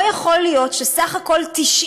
לא יכול להיות שבסך הכול 90